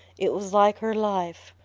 it was like her life,